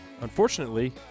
unfortunately